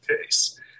case